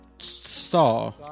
star